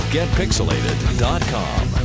GetPixelated.com